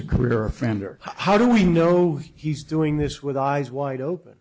a career offender how do we know he's doing this with eyes wide open